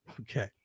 Okay